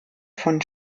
von